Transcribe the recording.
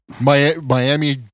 Miami